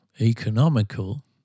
economical